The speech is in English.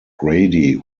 grady